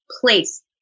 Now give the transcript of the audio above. place